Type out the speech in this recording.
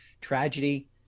tragedy